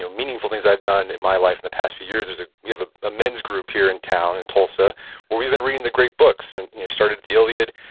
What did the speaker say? so meaningful things i've done in my life in the past few years, ah we have a ah men's group here in town in tulsa where we've been reading the great books. and we started the iliad,